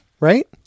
Right